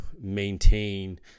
maintain